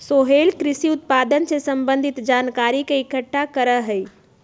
सोहेल कृषि उत्पादन से संबंधित जानकारी के इकट्ठा करा हई